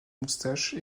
moustache